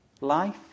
life